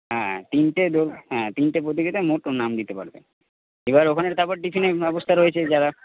হ্যাঁ তিনটে হ্যাঁ তিনটে প্রতিযোগিতায় মোট ও নাম দিতে পারবে এবার ওখানে তারপর টিফিনের ব্যবস্থা রয়েছে যারা